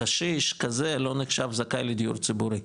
קשיש כזה לא נחשב זכאי לדיור ציבורי,